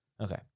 Okay